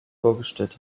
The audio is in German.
vorgestellt